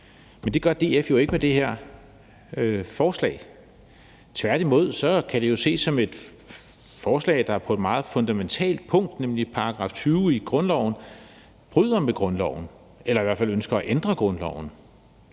Men det gør DF jo ikke med det her forslag. Tværtimod kan det jo ses som et forslag, som på et meget fundamentalt punkt, nemlig § 20 i grundloven, bryder med grundloven eller i hvert fald ønsker at ændre grundloven.